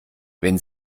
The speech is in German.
wenn